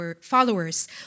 followers